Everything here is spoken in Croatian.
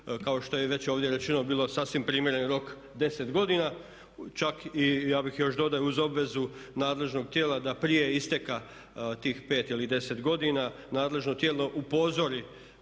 kao što je i već ovdje rečeno bilo sasvim primjereni rok 10 godina, čak i ja bih još dodao uz obvezu nadležnog tijela da prije isteka tih 5 ili 10 godina nadležno tijelo upozori